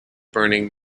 burning